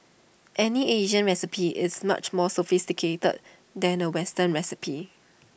any Asian recipe is much more sophisticated than A western recipe